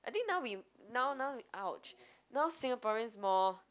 I think now we now now ouch now Singaporeans more